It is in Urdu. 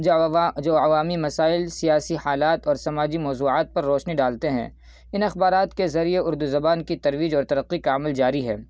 جو جو عوامی مسائل سیاسی حالات اور سماجی موضوعات پر روشنی ڈالتے ہیں ان اخبارات کے ذریعے اردو زبان کی ترویج اور ترقی کا عمل جاری ہے